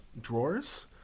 drawers